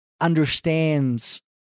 understands